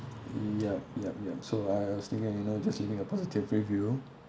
yup yup yup so I was thinking you know just leaving a positive review